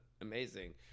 amazing